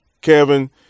Kevin